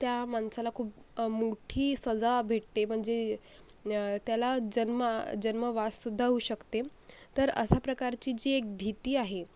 त्या माणसाला खूप मोठी सजा भेटते म्हणजे त्याला जन्म जन्मवाससुद्धा होऊ शकते तर अशा प्रकारची जी एक भीती आहे